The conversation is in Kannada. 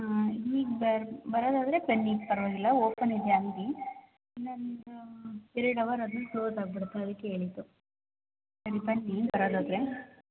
ಹಾಂ ಈಗ ಬರ್ ಬರೋದಾದರೆ ಬನ್ನಿ ಪರವಾಗಿಲ್ಲ ಓಪನ್ ಇದೆ ಅಂಗಡಿ ಇನ್ನೊಂದು ಎರಡು ಅವರು ಆದ್ಮೇಲೆ ಕ್ಲೋಸ್ ಆಗ್ಬಿಡತ್ತೆ ಅದಕ್ಕೆ ಹೇಳಿದ್ದು ಸರಿ ಬನ್ನಿ ಬರೋದಾದರೆ